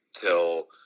till